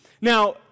Now